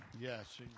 Yes